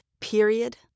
Period